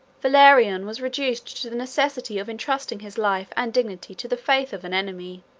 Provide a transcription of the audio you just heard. valerian was reduced to the necessity of intrusting his life and dignity to the faith of an enemy.